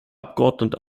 abgeordneten